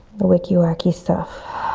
the wicky whacky stuff.